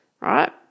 right